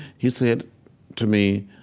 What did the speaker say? he said to me,